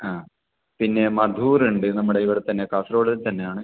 ആ പിന്നെ മധൂറുണ്ട് നമ്മുടെ ഇവിടെത്തന്നെ കാസർഗോഡ് തന്നെ ആണ്